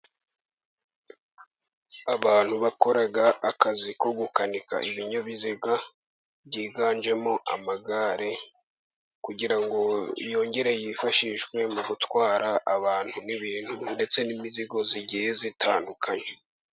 Abantu bakora akazi ko gukanika ibinyabiziga byiganjemo amagare, kugira ngo yongere yifashishwe mu gutwara abantu n'ibintu, ndetse n'imizigo igiye itandukanye.